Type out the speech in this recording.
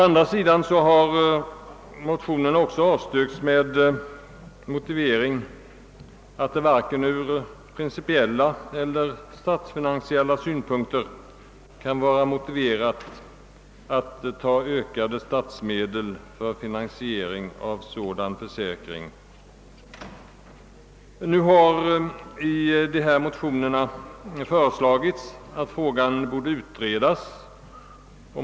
Motionen har emellertid avstyrkts med motivering att det »från varken principiella eller statsfinansiella synpunkter» kan vara försvarligt att ta ökade statsmedel i anspråk för att finansiera en sådan försäkring. Nu har föreslagits i motionerna att frågan skall utredas.